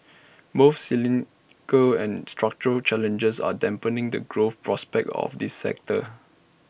both cyclical and structural challenges are dampening the growth prospects of this sector